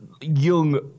young